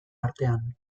artean